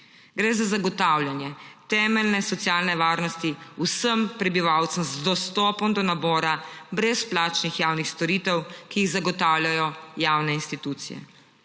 Gre za zagotavljanje temeljne socialne varnosti vsem prebivalcem z dostopom do nabora brezplačnih javnih storitev, ki jih zagotavljajo javne institucije.